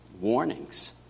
warnings